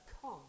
come